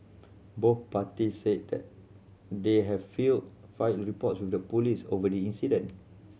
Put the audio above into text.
both parties said that they have filed find reports with the police over the incident